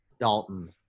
Dalton